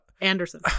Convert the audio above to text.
anderson